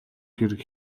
хэрэг